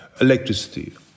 Electricity